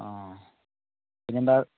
ആ പിന്നെന്താണ്